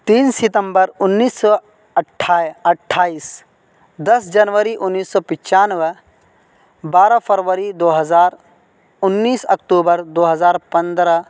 تین ستمبر انیس سو اٹھائیس اٹھائیس دس جنوری انیس سو پچانوے بارہ فروری دو ہزار انیس اکتوبر دو ہزار پندرہ